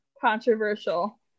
controversial